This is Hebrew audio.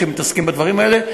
שמתעסקים בדברים האלה,